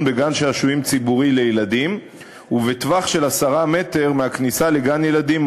בגן-שעשועים ציבורי לילדים ובטווח של 10 מטר מהכניסה לגן-ילדים,